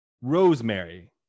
Rosemary